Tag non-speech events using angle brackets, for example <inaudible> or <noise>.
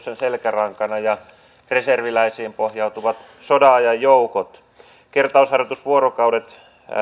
<unintelligible> sen selkärankana yleinen asevelvollisuus ja reserviläisiin pohjautuvat sodanajan joukot kertausharjoitusvuorokaudet